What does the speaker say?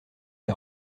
les